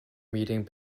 meeting